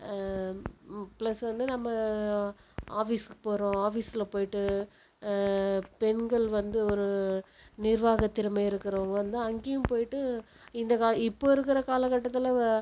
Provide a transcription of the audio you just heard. plus வந்து நம்ம ஆஃபீஸ்க்கு போகிறோம் ஆஃபீஸில் போயிட்டு பெண்கள் வந்து ஒரு நிர்வாக திறமை இருக்கிறவங்க வந்து அங்கேயும் போயிட்டு இந்த கா இப்போது இருக்கிற காலகட்டத்தில்